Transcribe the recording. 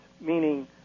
meaning